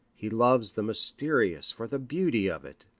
he loves the mysterious for the beauty of it,